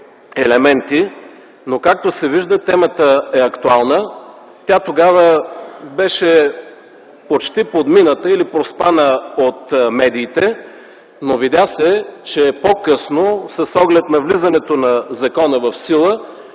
елементи, но, както се вижда, темата е актуална. Тя тогава беше почти подмината или проспана от медиите, но видя се, че по-късно с оглед на влизането на закона в сила